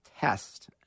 test